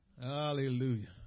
hallelujah